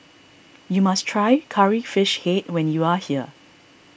you must try Curry Fish Head when you are here